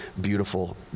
beautiful